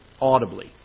audibly